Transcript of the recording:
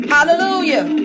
Hallelujah